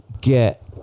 get